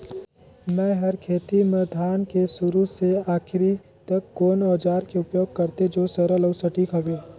मै हर खेती म धान के शुरू से आखिरी तक कोन औजार के उपयोग करते जो सरल अउ सटीक हवे?